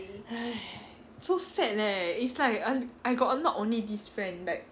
so sad leh it's like I I got err not only this friend like